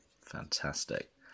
Fantastic